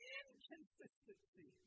inconsistency